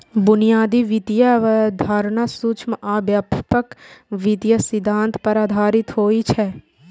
बुनियादी वित्तीय अवधारणा सूक्ष्म आ व्यापक वित्तीय सिद्धांत पर आधारित होइ छै